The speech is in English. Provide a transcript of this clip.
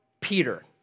Peter